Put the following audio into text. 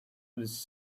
this